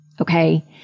okay